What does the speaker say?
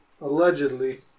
Allegedly